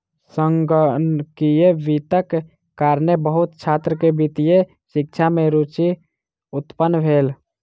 संगणकीय वित्तक कारणेँ बहुत छात्र के वित्तीय शिक्षा में रूचि उत्पन्न भेल